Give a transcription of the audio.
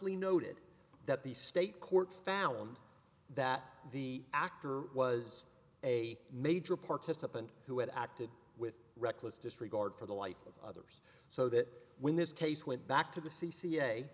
y noted that the state court found that the actor was a major participant who had acted with reckless disregard for the life of others so that when this case went back to the c